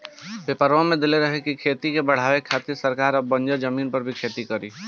पेपरवा में देले रहे की खेती के बढ़ावे खातिर सरकार अब बंजर जमीन पर भी खेती करी